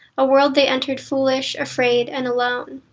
a world they entered foolish, afraid, and alone.